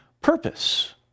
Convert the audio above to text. purpose